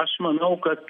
aš manau kad